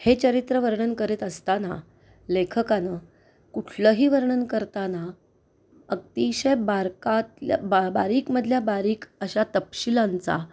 हे चरित्र वर्णन करीत असताना लेखकानं कुठलंही वर्णन करताना अतिशय बारकातल्या बा बारीकमधल्या बारीक अशा तपशीलांचा